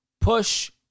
push